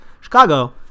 Chicago